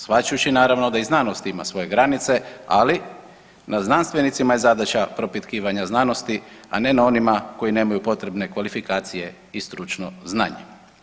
Shvaćajući naravno da i znanost ima svoje granice, ali na znanstvenicima je zadaća propitkivanja znanosti, a ne na onima koji nemaju potrebne kvalifikacije i stručno znanje.